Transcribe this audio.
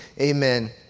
amen